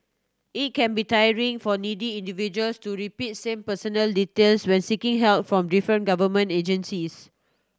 it can be tiring for needy individuals to repeat same personal details when seeking help from different government agencies